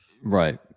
right